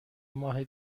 ماه